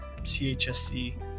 CHSC